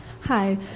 Hi